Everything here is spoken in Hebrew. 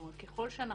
זאת אומרת ככל שאנחנו